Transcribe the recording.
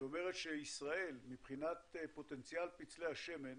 שאומרת שישראל, מבחינת פוטנציאל פצלי השמן,